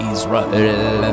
Israel